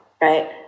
right